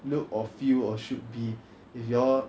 look or feel or should be if you all